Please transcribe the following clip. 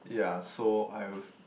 yeah so I was